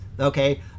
Okay